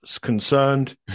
concerned